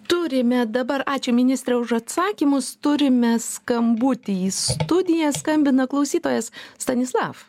turime dabar ačiū ministre už atsakymus turime skambutį į studiją skambina klausytojas stanislav